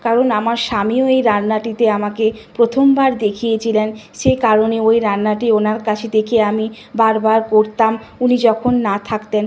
কারণ আমার স্বামীও এই রান্নাটিতে আমাকে প্রথমবার দেখিয়েছিলেন সে কারণে ওই রান্নাটি ওনার কাছে দেখে আমি বার বার করতাম উনি যখন না থাকতেন